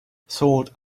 thought